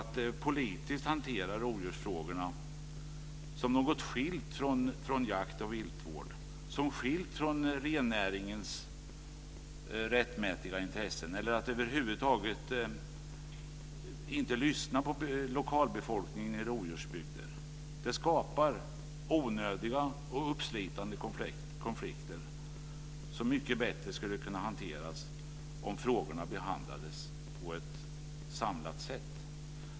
Att politiskt hantera rovdjursfrågorna som något skilt från jakt och viltvård, som skilt från rennäringens rättmätiga intressen eller att över huvud taget inte lyssna på lokalbefolkningen i rovdjursbygder skapar onödiga och uppslitande konflikter som mycket bättre skulle kunna hanteras om frågorna behandlades på ett samlat sätt.